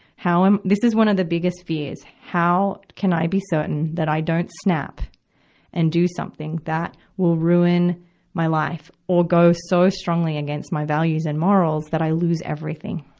how am this is one of the biggest fears how can i be certain that i don't snap and do something that will ruin my life, or go so strongly against my values and morals that i lose everything,